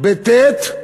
בטי"ת,